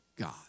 God